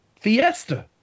Fiesta